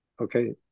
okay